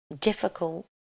difficult